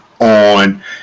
on